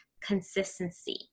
consistency